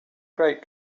great